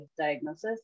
diagnosis